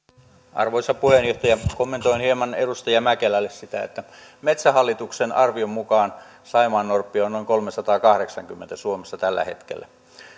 arvoisa puheenjohtaja kommentoin hieman edustaja mäkelälle sitä että metsähallituksen arvion mukaan saimaannorppia on noin kolmessasadassakahdeksassakymmenessä suomessa tällä hetkellä